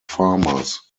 farmers